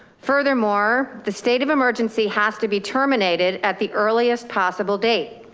furthermore, the state of emergency has to be terminated at the earliest possible date.